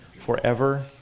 forever